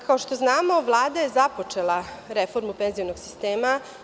Kao što znamo, Vlada je započela reformu penzionog sistema.